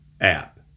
app